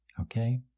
Okay